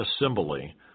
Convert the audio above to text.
assembly